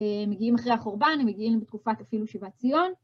הם מגיעים אחרי החורבן, הם מגיעים בתקופת אפילו שיבת ציון.